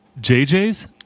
JJ's